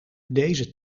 deze